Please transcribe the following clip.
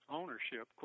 ownership